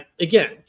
Again